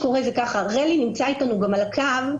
רלי נמצא איתנו על הקו,